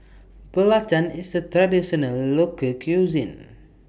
Belacan IS A Traditional Local Cuisine